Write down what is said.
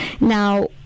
Now